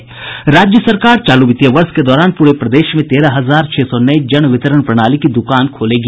राज्य सरकार चालू वित्तीय वर्ष के दौरान पूरे प्रदेश में तेरह हजार छह सौ नये जनवितरण प्रणाली की दुकान खोलेगी